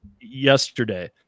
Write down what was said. yesterday